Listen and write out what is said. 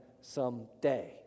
someday